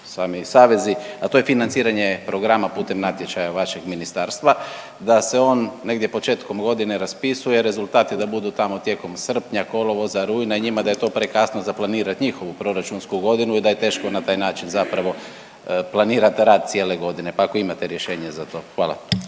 sami savezi, a to je financiranje programa putem natječaja vašeg Ministarstva, da se on negdje početkom godine raspisuje, rezultati da budu tamo tijekom srpnja, kolovoza, rujna, njima da je to prekasno za planirati njihovu proračunsku godinu i da je teško na taj način zapravo planirati rad cijele godine, pa ako imate rješenje za to. Hvala.